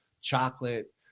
chocolate